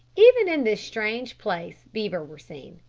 even in this strange place beaver were seen,